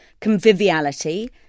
conviviality